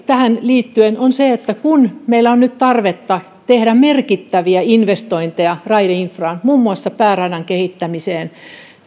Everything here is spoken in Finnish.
tähän liittyen on se että kun meillä on tarvetta tehdä merkittäviä investointeja raideinfraan muun muassa pääradan kehittämiseen